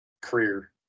Career